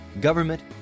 government